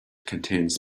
contains